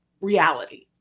reality